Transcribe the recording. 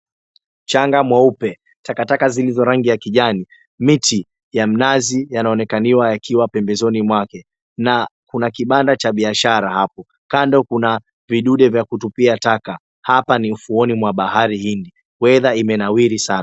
Mchanga mweupe, takataka zilizo rangi ya kijani, miti ya mnazi yanaonekaniwa yakiwa pembezoni mwake na kuna kibanda cha biashara hapo. Kando kuna vidude vya kutupia taka. Hapa ni ufuoni wa Bahari Hindi. Weather imenawiri saana.